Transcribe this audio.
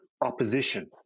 opposition